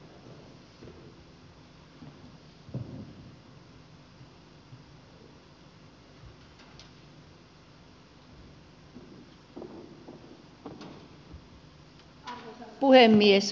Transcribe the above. arvoisa puhemies